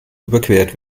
überquert